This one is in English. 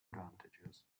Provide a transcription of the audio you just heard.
advantages